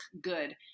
good